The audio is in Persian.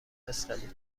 فسقلی